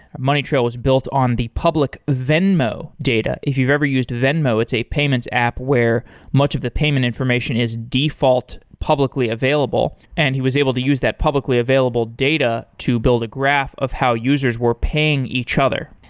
money trail was built on the public venmo data. if you've ever used venmo, it's a payments app where much of the payment information is default publicly available, and he was able to use that publicly available data to build a graph of how users were paying each other.